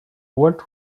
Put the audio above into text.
walt